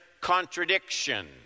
contradiction